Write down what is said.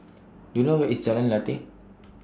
Do YOU know Where IS Jalan Lateh